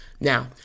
Now